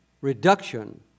reduction